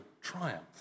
triumph